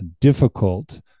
difficult